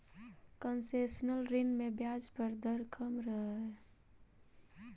concessional ऋण में ब्याज दर कम रहऽ हइ